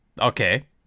Okay